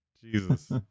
Jesus